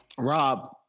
Rob